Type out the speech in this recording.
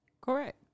Correct